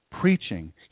preaching